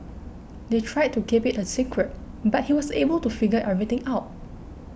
they tried to keep it a secret but he was able to figure everything out